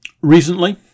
Recently